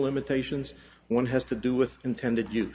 limitations one has to do with intended